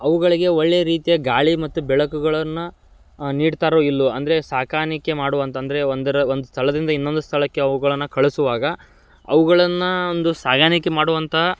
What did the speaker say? ಅವುಗಳಿಗೆ ಒಳ್ಳೆಯ ರೀತಿಯ ಗಾಳಿ ಮತ್ತು ಬೆಳಕುಗಳನ್ನು ನೀಡ್ತಾರೋ ಇಲ್ಲೋ ಅಂದರೆ ಸಾಕಾಣಿಕೆ ಮಾಡುವಂಥ ಅಂದರೆ ಒಂದರ ಒಂದು ಸ್ಥಳದಿಂದ ಇನ್ನೊಂದು ಸ್ಥಳಕ್ಕೆ ಅವುಗಳನ್ನು ಕಳಿಸುವಾಗ ಅವುಗಳನ್ನು ಒಂದು ಸಾಗಾಣಿಕೆ ಮಾಡುವಂಥ